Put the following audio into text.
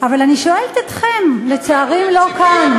אבל אני שואלת אתכם, לצערי הם לא כאן,